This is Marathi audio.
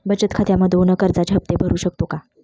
बचत खात्यामधून कर्जाचे हफ्ते भरू शकतो का?